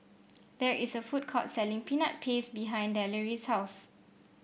there is a food court selling Peanut Paste behind Deloris' house